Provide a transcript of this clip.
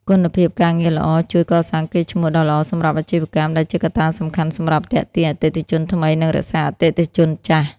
គុណភាពការងារល្អជួយ កសាងកេរ្តិ៍ឈ្មោះ ដ៏ល្អសម្រាប់អាជីវកម្ម ដែលជាកត្តាសំខាន់សម្រាប់ទាក់ទាញអតិថិជនថ្មី និងរក្សាអតិថិជនចាស់។